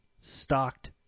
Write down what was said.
stocked